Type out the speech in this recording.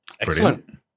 Excellent